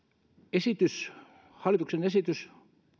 hallituksen esitys